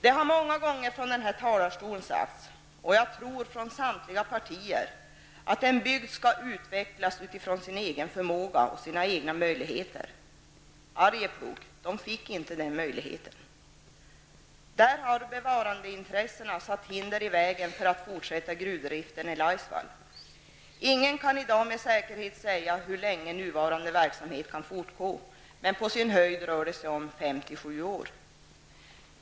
Det har många gånger från denna talarstol sagts, jag tror från samtliga partier, att en bygd skall utvecklas utifrån sin egen förmåga och sina egna möjligheter. Arjeplog fick inte den möjligheten. Där har bevarande intressen satt hinder i vägen för att fortsätta gruvdriften i Laisvall. Ingen kan i dag med säkerhet säga hur länge nuvarande verksamhet kan fortgå, men på sin höjd 5--7 år.